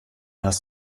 hast